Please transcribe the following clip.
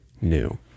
new